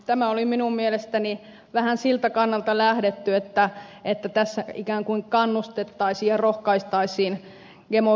tässä oli minun mielestäni vähän siltä kannalta lähdetty että tässä ikään kuin kannustettaisiin ja rohkaistaisiin gmo viljelyyn